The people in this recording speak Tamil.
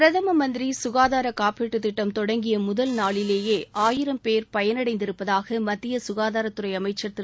பிரதம மந்திரி சுகாதார காப்பீட்டு திட்டம் தொடங்கிய முதல் நாளிலேயே ஆயிரம் பேர் பயனடைந்திருப்பதாக மத்திய சுகாதாரத்துறை அமைச்சர் திரு